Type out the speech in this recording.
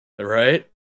Right